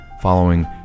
following